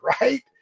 right